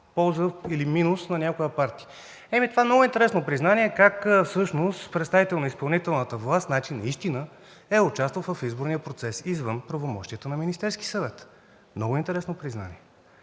или минус на някоя партия?! Това е много интересно признание – как всъщност представител на изпълнителната власт наистина е участвал в изборния процес извън правомощията на Министерския съвет, много интересно признание!